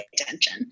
attention